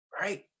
right